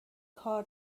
کار